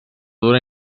dura